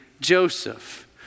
Joseph